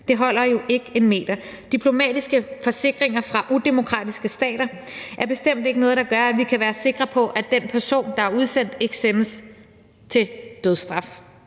Det holder jo ikke en meter. Diplomatiske forsikringer fra udemokratiske stater er bestemt ikke noget, der gør, at vi kan være sikre på, at den person, der er udsendt, ikke sendes til dødsstraf,